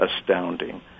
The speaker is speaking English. astounding